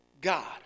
God